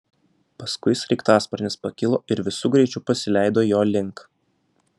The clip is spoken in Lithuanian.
paskui sraigtasparnis pakilo ir visu greičiu pasileido jo link